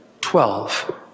Twelve